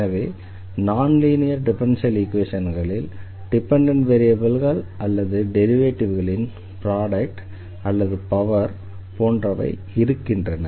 எனவே நான் linear differential ஈக்வேஷன்களில் டிபெண்டண்ட் வேரியபிள்கள் அல்லது டெரிவேட்டிவ்களின் ப்ரோடெக்ட் அல்லது பவர் போன்றவை இருக்கின்றன